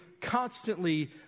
constantly